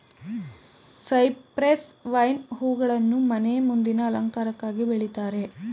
cypress vine ಹೂಗಳನ್ನು ಮನೆ ಮುಂದಿನ ಅಲಂಕಾರಕ್ಕಾಗಿ ಬೆಳಿತಾರೆ